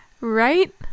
Right